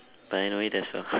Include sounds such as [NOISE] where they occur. but I know it as well [LAUGHS]